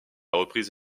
reprise